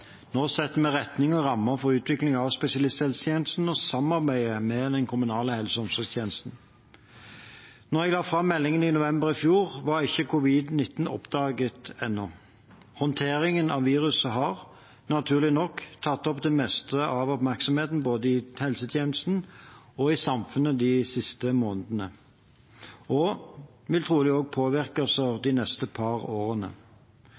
Nå setter vi retning og rammer for utviklingen av spesialisthelsetjenesten og samarbeidet med den kommunale helse- og omsorgstjenesten. Da jeg la fram meldingen i november i fjor, var ikke covid-19 oppdaget ennå. Håndteringen av viruset har naturlig nok tatt det meste av oppmerksomheten både i helsetjenesten og i samfunnet de siste månedene, og det vil trolig også påvirke oss de neste par årene.